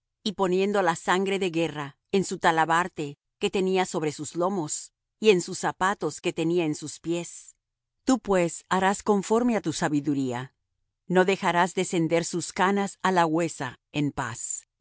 y poniendo la sangre de guerra en su talabarte que tenía sobre sus lomos y en sus zapatos que tenía en sus pies tú pues harás conforme á tu sabiduría no dejarás descender sus canas á la huesa en paz